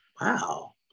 Wow